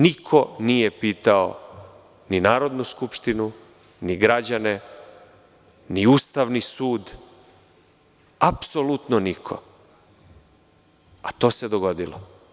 Niko nije pitao ni Narodnu skupštinu, ni građane ni Ustavni sud, apsolutno niko, a to se dogodilo.